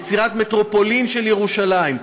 יצירת מטרופולין של ירושלים,